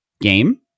game